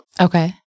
Okay